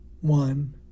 One